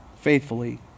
Faithfully